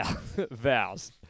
vows